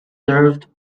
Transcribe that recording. served